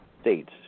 states